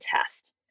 test